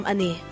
Ani